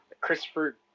Christopher